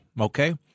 Okay